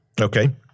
Okay